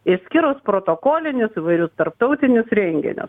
išskyrus protokolinius įvairius tarptautinius renginius